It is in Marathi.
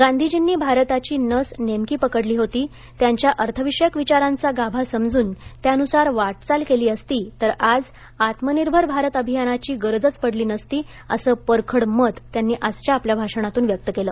गांधीजींनी भारताची नस नेमकी पकडली होती त्यांच्या अर्थविषयक विचारांचा गाभा समजून त्यानुसार वाटचाल केली असती तर आज आत्मनिर्भर भारत अभियानाची गरजच पडली नसती असं परखड मत त्यांनी आजच्या आपल्या भाषणातून व्यक्त केलं